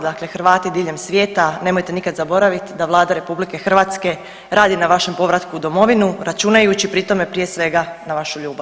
Dakle, Hrvati diljem svijeta nemojte nikada zaboraviti da Vlada RH radi na vašem povratku u domovinu računajući pri tome prije svega na vašu ljubav.